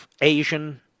Asian